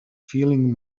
feeling